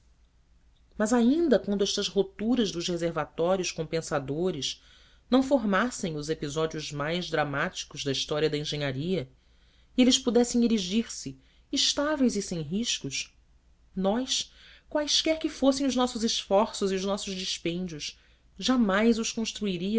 mas ainda quando estas rupturas dos reservatórios compensadores não formassem os episódios mais dramáticos da história da engenharia e eles pudessem erigir se estáveis e sem riscos nós quaisquer que fossem os nossos esforços e os nossos dispêndios jamais os